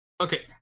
Okay